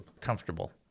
comfortable